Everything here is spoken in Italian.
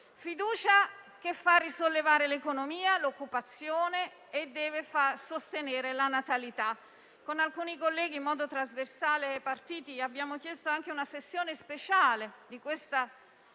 fiducia che fa risollevare l'economia e l'occupazione e deve sostenere la natalità. Con alcuni colleghi, in modo trasversale ai partiti, abbiamo chiesto anche una sessione speciale del Senato